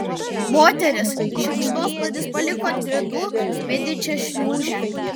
moteris šikšnosparnis paliko ant grindų spindinčią šliūžę